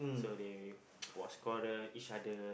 so they was quarrel each other